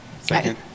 Second